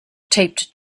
taped